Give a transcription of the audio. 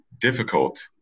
difficult